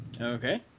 Okay